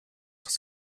das